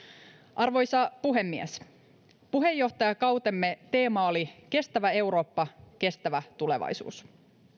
arvoisa puhemies puheenjohtajakautemme teema oli kestävä eurooppa kestävä tulevaisuus